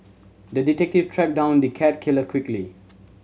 the detective tracked down the cat killer quickly